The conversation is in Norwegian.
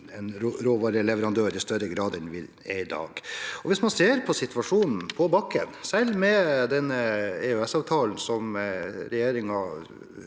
en råvareleverandør i større grad enn vi er i dag. Hvis man ser på situasjonen på bakken, særlig med den EØSavtalen som regjeringen